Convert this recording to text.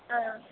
ஆ